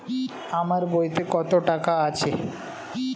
আমার বইতে কত টাকা আছে?